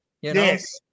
Yes